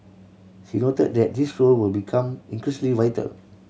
he noted that this role will become increasingly vital